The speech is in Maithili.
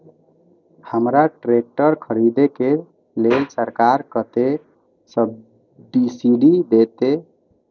हमरा ट्रैक्टर खरदे के लेल सरकार कतेक सब्सीडी देते?